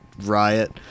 riot